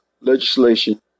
legislation